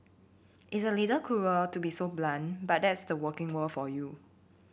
it's a little cruel to be so blunt but that's the working world for you